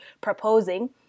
proposing